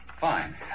Fine